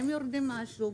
הם יורדים מהשוק,